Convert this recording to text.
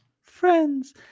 friends